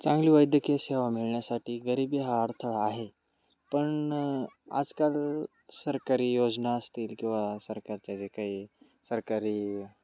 चांगली वैद्यकीय सेवा मिळण्यासाठी गरीबी हा अडथळा आहे पण आजकाल सरकारी योजना असतील किंवा सरकारच्या जे काही सरकारी